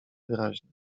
wyraźne